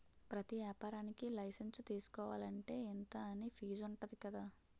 ప్రతి ఏపారానికీ లైసెన్సు తీసుకోలంటే, ఇంతా అని ఫీజుంటది కదా